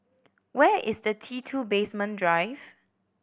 where is the T Two Basement Drive